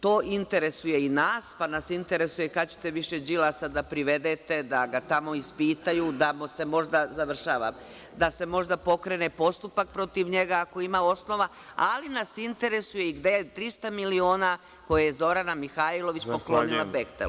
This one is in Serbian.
To interesuje i nas, pa nas interesuje kad ćete više Đilasa da privedete, da ga tamo ispitaju, da se možda pokrene postupak protiv njega, ako ima osnova, ali nas interesuje i gde je 300 miliona koje je Zorana Mihajlović poklonila „Behtelu“